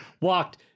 walked